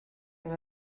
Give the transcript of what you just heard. and